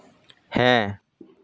ᱦᱮᱸ